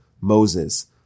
Moses